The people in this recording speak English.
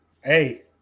Hey